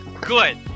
Good